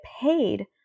paid